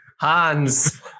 Hans